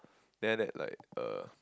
then after that like uh